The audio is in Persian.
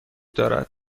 دارد